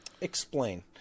explain